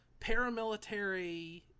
paramilitary